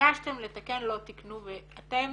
ביקשתם לתקן, לא תיקנו, ואתם